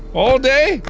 all day?